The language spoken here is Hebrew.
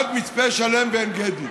עד מצפה שלם ועין גדי.